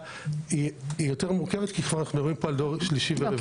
היא יותר מורכבת כי אנחנו מדברים פה על דור שלישי ורביעי.